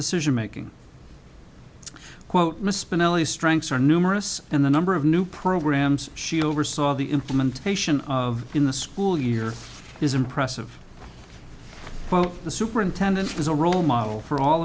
decision making quote misspell the strengths are numerous and the number of new programs she oversaw the implementation of in the school year is impressive the superintendent is a role model for all